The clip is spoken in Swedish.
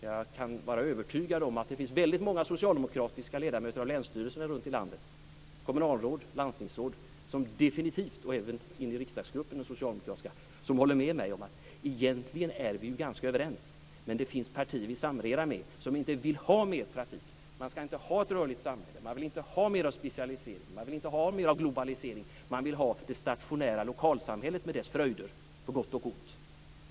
Jag är övertygad om att det finns väldigt många socialdemokratiska ledamöter av länsstyrelserna runt i landet, kommunalråd, landstingsråd och även i den socialdemokratiska riksdagsgruppen som håller med mig. Egentligen är vi ganska överens, men det finns ett parti som ni samregerar med som inte vill ha mer trafik. Man ska inte ha ett rörligt samhälle. Man vill inte ha mer specialisering. Man vill inte ha mer globalisering. Man vill ha det stationära lokalsamhället med dess fröjder på gott och ont.